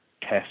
test